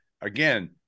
again